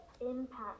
impact